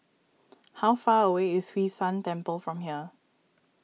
how far away is Hwee San Temple from here